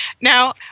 Now